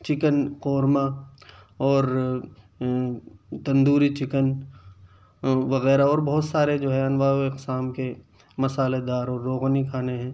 chicken korma اور tandoori chicken وغیرہ اور بہت سارے جو ہے انواع و اقسام کے مسالے دار اور روغنی کھانے ہیں